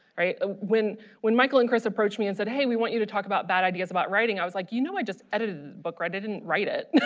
right? ah when when michael and chris approached me and said hey we want you to talk about bad ideas about writing i was like you know i just edited a book right? i didn't write it.